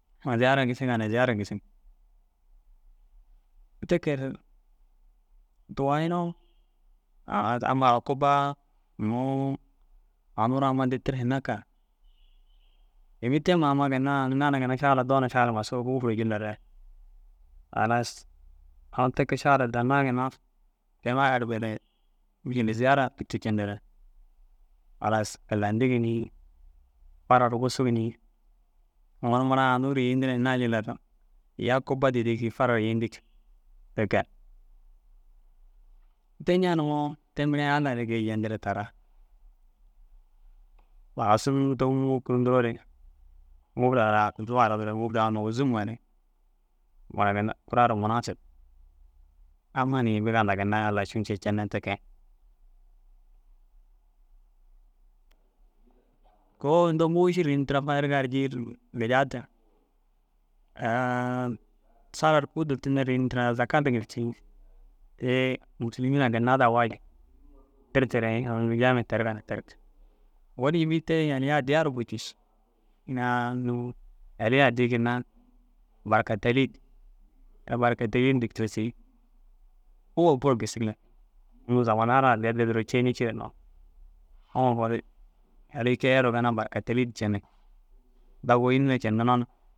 Aŋ ziyara gisiga na ziyara gisik. Te ke ru towanoo amma ra kubbaa nũu anuu ru amma ditire hinne kega yimii te amma ginna aŋ naana šagalah duna šagala sook ŋûfur jilla re. Halas aŋ te kee šagalah danna ginna kema ere mîšilli ziyara tûrtu jenne, halas kilahadigi fara busugini nuu mura anûru yindire hinnaa jilla ru iyaa kubba didii gii farare yindik te kee. Te ña nuŋoo? Te mire alla i re geeyi jendire taara. Sagasun tômmu kûrunduroore ŋûfur ara aguzuu ara ŋûfur ai ôzum ŋa ni mura ginna ru guraa ru munaasib amma ni biga hundaa ginna alla i cunci cene te kee. Kôi undoo mûšir intra fadirga jii ru gijatu. Sala ru dûrtunne ru kuu ini tira « zaka » yindigire cii. Te musulimiinaa ginna daha waajib. Dirteere aŋ jamiye terigaa na terig. Owonni yimii te yaliya addiya ru buru cussu. Ina unnu yalii addii ginna barka tal-îd ini « barka tal-îd » yindigire tira cii. Uŋgo buru gisidik unnu zaman ai ru addii addii ru cêyinii cire hinnoo. Uŋgo yalii key eruu ginna barka tal îd cendik. Dagoo înni na cendinnoo na